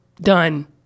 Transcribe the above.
Done